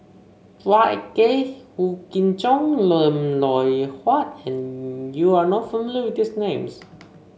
Chua Ek Kay Wong Kin Jong and Lim Loh Huat You are not familiar with these names